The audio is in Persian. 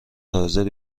حاضری